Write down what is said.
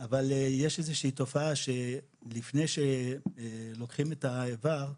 אבל יש איזושהי תופעה, שלפני שלוקחים את האיבר,